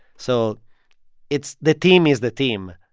so it's the team is the team.